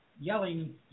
yelling